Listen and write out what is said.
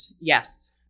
yes